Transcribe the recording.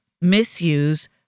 misuse